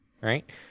right